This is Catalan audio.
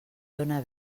dóna